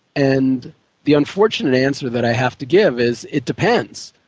and the unfortunate answer that i have to give is it depends.